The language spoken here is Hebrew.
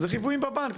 זה חיוויים בבנק,